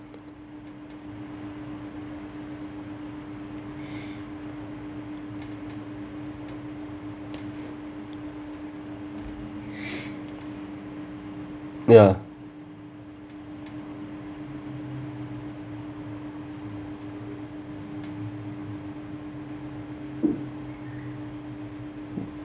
ya